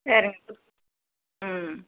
சரிங்க ம்